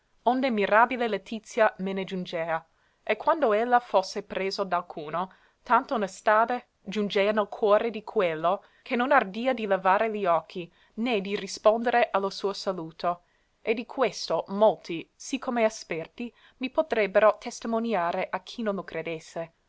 onde mirabile letizia me ne giungea e quando ella fosse presso d'alcuno tanta onestade giungea nel cuore di quello che non ardia di levare li occhi né di rispondere a lo suo saluto e di questo molti sì come esperti mi potrebbero testimoniare a chi non lo credesse